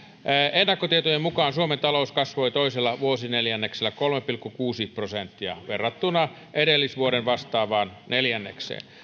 ennakkotietojen mukaan suomen talous kasvoi toisella vuosineljänneksellä kolme pilkku kuusi prosenttia verrattuna edellisvuoden vastaavaan neljännekseen